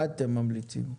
מה אתם ממליצים?